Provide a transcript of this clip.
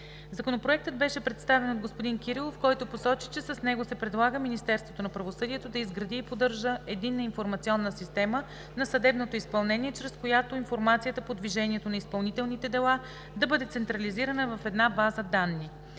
Законопроектът беше представен от господин Кирилов, който посочи, че с него се предлага Министерството на правосъдието да изгради и поддържа единна Информационна система на съдебното изпълнение, чрез която информацията по движението на изпълнителните дела да бъде централизирана в една база данни.